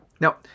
Now